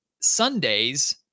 Sunday's